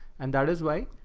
and that is why.